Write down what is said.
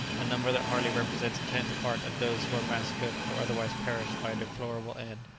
a number that hardly represents a tenth part of those who are massacred or otherwise perish by a deplorable end.